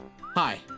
Hi